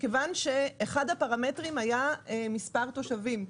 מכיוון שאחד הפרמטרים היה מספר תושבים.